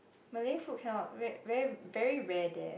Malay food cannot very very very rare there